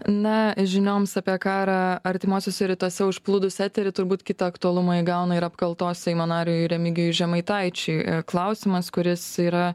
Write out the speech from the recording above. na žinioms apie karą artimuosiuose rytuose užplūdus eterį turbūt kitą aktualumą įgauna ir apkaltos seimo nariui remigijui žemaitaičiui klausimas kuris yra